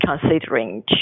considering